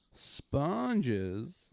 Sponges